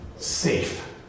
Safe